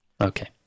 Okay